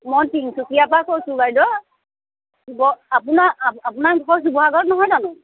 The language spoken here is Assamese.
মই তিনিচুকীয়াৰ পৰা কৈছোঁ বাইদেউ শিৱ আপোনাৰ আপোনাৰ ঘৰ শিৱসাগৰত নহয় জানো